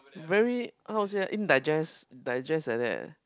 very how to say in digest digest like that